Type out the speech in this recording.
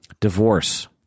Divorce